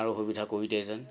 আৰু সুবিধা কৰি দিয়ে যেন